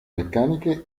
meccaniche